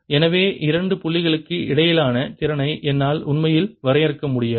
எனவே இரண்டு புள்ளிகளுக்கு இடையிலான திறனை என்னால் உண்மையில் வரையறுக்க முடியாது